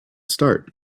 start